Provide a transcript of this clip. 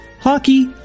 hockey